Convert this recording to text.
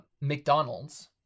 McDonald's